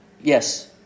yes